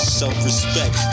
self-respect